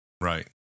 Right